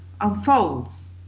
unfolds